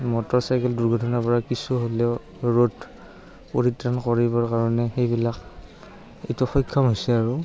motorcycle দুৰ্ঘটনৰাপৰা কিছু হ'লেও ৰ'দ পৰিত্ৰাণ কৰিবৰ কাৰণে সেইবিলাক এইটো সক্ষম হৈছে আৰু